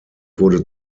wurde